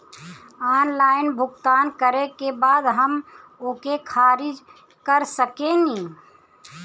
Online भुगतान करे के बाद हम ओके खारिज कर सकेनि?